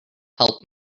help